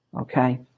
Okay